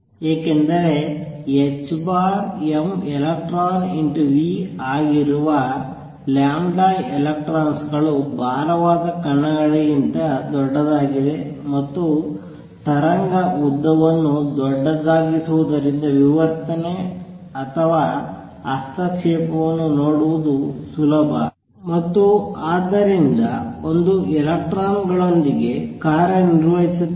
ಏಕೆಂದರೆ hmelectronv ಆಗಿರುವ electronsಗಳು ಭಾರವಾದ ಕಣಗಳಿಗಿಂತ ದೊಡ್ಡದಾಗಿದೆ ಮತ್ತು ತರಂಗ ಉದ್ದವನ್ನು ದೊಡ್ಡದಾಗಿಸುವುದರಿಂದ ವಿವರ್ತನೆ ಅಥವಾ ಹಸ್ತಕ್ಷೇಪವನ್ನು ನೋಡುವುದು ಸುಲಭ ಮತ್ತು ಆದ್ದರಿಂದ ಒಂದು ಎಲೆಕ್ಟ್ರಾನ್ ಗಳೊಂದಿಗೆ ಕಾರ್ಯನಿರ್ವಹಿಸುತ್ತದೆ